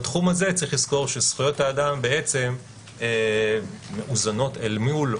בתחום הזה צריך לזכור שזכויות האדם בעצם מאוזנות אל מול,